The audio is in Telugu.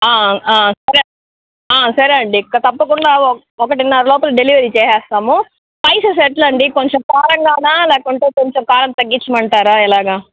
సరే సరే అండి ఇంక తప్పకుండా ఒకటిన్నర లోపల డెలివరీ చేసేస్తాము స్పైసెస్ ఎలా అండి కొంచెం కారంగానా లేకుంటే కొంచెం కారం తగ్గించమంటారా ఎలాగా